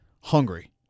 hungry